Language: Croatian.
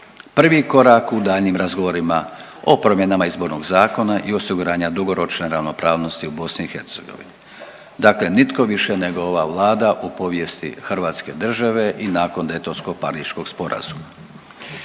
prvi korak u daljnjim razgovorima o promjenama izbornog zakona i osiguranja dugoročne ravnopravnosti u BiH. Dakle, nitko više nego ova vlada u povijesti hrvatske države i nakon Daytonsko-pariškog sporazuma.